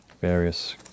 various